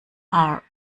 are